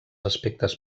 aspectes